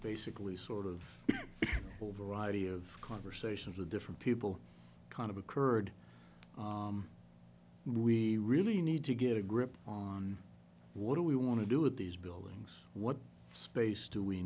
basically sort of whole variety of conversations with different people kind of occurred we really need to get a grip on what do we want to do with these buildings what space do we